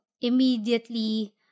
immediately